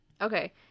Okay